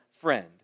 friend